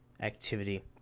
activity